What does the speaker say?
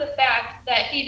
the fact that he